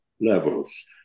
levels